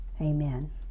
amen